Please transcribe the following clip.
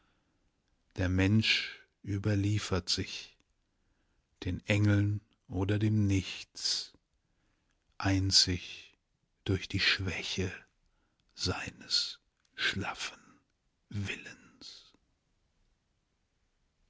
der mensch überliefert sich den engeln oder dem nichts einzig durch die schwäche seines schlaffen willens